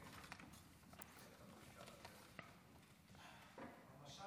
המשל